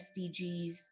SDGs